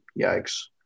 Yikes